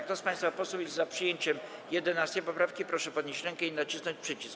Kto z państwa posłów jest za przyjęciem 11. poprawki, proszę podnieść rękę i nacisnąć przycisk.